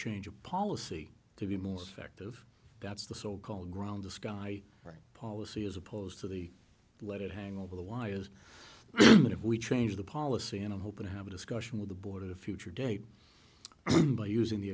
change of policy to be more effective that's the so called ground the sky policy as opposed to the let it hang over the why is that if we change the policy and i'm hoping to have a discussion with the board at a future date by using the